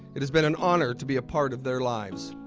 it has been an honor to be a part of their lives.